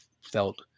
felt